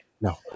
No